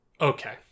Okay